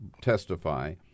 testify